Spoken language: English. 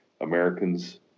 Americans